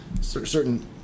certain